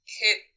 hit